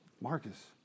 Marcus